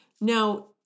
Now